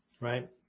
right